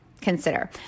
consider